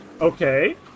Okay